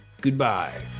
Goodbye